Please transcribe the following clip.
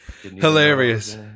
Hilarious